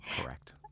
correct